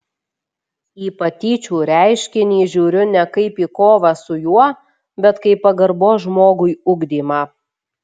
į patyčių reiškinį žiūriu ne kaip į kovą su juo bet kaip pagarbos žmogui ugdymą